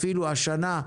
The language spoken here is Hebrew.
אפילו השנה,